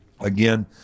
again